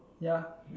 ya